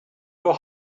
your